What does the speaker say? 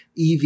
ev